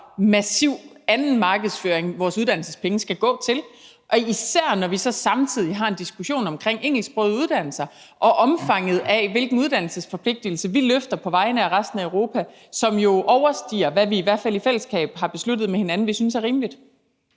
den slags markedsføring eller til anden massiv markedsføring, især når vi så samtidig har en diskussion om engelsksprogede uddannelser og omfanget af, hvilken uddannelsesforpligtelse vi løfter på vegne af resten af Europa, som jo overstiger, hvad vi i hvert fald i fællesskab har besluttet med hinanden at vi synes er rimeligt.